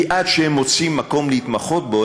כי עד שהם מוצאים מקום להתמחות בו,